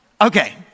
Okay